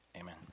amen